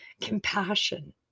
compassion